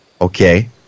okay